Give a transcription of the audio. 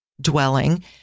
dwelling